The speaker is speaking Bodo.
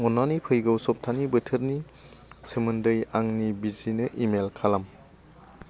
अन्नानै फैगौ सप्ताहनि बोथोरनि सोमोन्दै आंनि बिसिनो इमैल खालाम